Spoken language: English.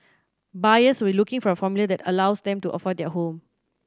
buyers will looking for a formula that allows them to afford their home